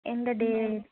எந்த டே